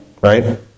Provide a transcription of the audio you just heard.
Right